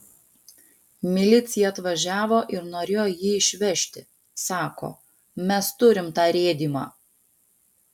milicija atvažiavo ir norėjo jį išvežti sako mes turim tą rėdymą